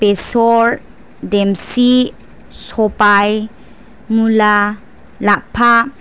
बेसर देमसि सबाइ मुला लाफा